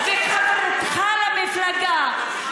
חברתך למפלגה,